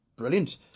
brilliant